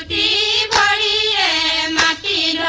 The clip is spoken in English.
a a um ah k